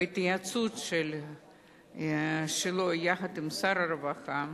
בהתייעצות שלו עם שר הרווחה,